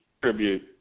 tribute